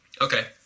Okay